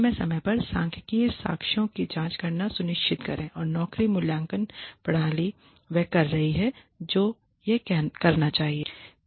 समय समय पर सांख्यिकीय साक्ष्यों की जांच करना सुनिश्चित करें कि नौकरी मूल्यांकन प्रणाली वह कर रही है जो यह करना चाहिए है